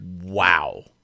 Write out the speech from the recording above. Wow